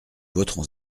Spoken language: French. voterons